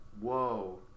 whoa